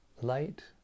light